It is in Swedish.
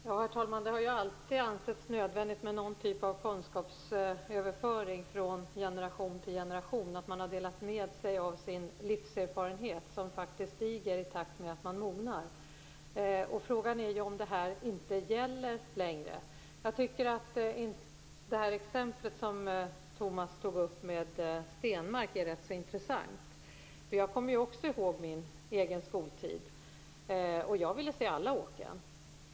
Herr talman! Det har ju alltid ansetts nödvändigt med någon typ av kunskapsöverföring från generation till generation, att man har delat med sig av sin livserfarenhet, som faktiskt stiger i takt med att man mognar. Frågan är om det inte längre gäller. Jag tycker att det här exemplet med Stenmark som Tomas Eneroth tog upp är rätt intressant. Jag kommer ju också ihåg min egen skoltid, och jag ville se alla åken.